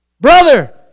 Brother